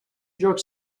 york